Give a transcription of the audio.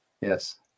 Yes